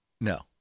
No